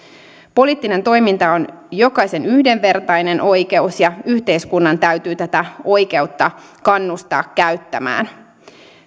poliittinen toiminta on jokaisen yhdenvertainen oikeus ja yhteiskunnan täytyy tätä oikeutta kannustaa käyttämään